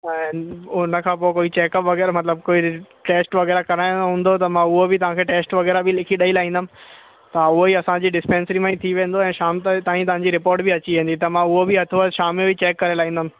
ऐं उन खां पोइ कोई चेक अप वग़ैरह मतिलबु कोई टेस्ट वग़ैरह कराइणो हूंदो त मां उहो बि तव्हांखे टेस्ट वग़ैरह बि लिखी ॾेई लाहींदमि तव्हां उहो ई असांजी डिस्पेंसरी मां ई थी वेंदो ऐं शाम ताईं तव्हांजी रिपोर्ट बि अची वेंदी त मां उहो बि हथो हथु शाम जो ई चेक करे लाहींदमि